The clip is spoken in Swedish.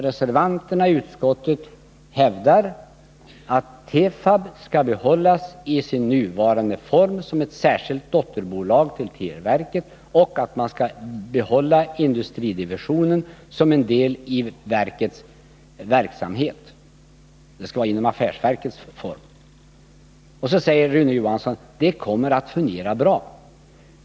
Reservanterna i utskottet hävdar att Tefab skall behållas i sin nuvarande form som ett särskilt dotterbolag till televerket och att industridivisionen skall behållas som en del i verkets verksamhet i affärsverkets form. Och så säger Rune Johansson att det kommer att fungera bra.